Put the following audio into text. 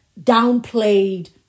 downplayed